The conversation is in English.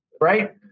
right